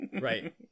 Right